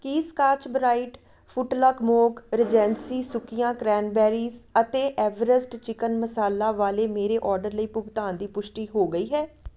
ਕੀ Scotch Brite ਫੁੱਟਲਾਕ mop Regency ਸੁੱਕੀਆਂ cranberries ਅਤੇ ਐਵਰੈਸਟ ਚਿਕਨ ਮਸਾਲਾ ਵਾਲੇ ਮੇਰੇ ਆਰਡਰ ਲਈ ਭੁਗਤਾਨ ਦੀ ਪੁਸ਼ਟੀ ਹੋ ਗਈ ਹੈ